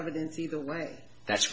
evidence either way that's